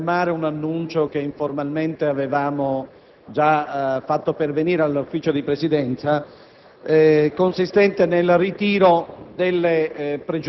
Presidente, prendo la parola per confermare un annuncio che informalmente avevamo già fatto pervenire agli uffici della Presidenza